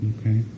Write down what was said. Okay